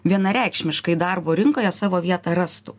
vienareikšmiškai darbo rinkoje savo vietą rastų